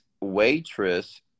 waitress